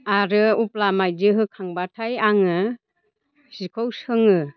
आरो अब्ला माइदि होखांब्लाथाय आङो जिखौ सोङो